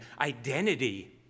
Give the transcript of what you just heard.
identity